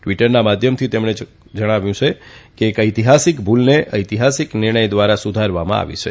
ટ્વીટરના માધ્યમથી તેમણે કહ્યું છે કે એક ચૈતિહાસિક ભૂલને ચૈતિહાસિક નિર્ણય દ્વારા સુધારવામાં આવી છે